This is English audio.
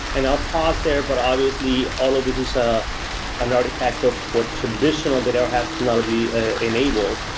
and i'll pause there, but obviously all of these is ah an artifact of what traditional data warehouse technology enabled,